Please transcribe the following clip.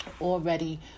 already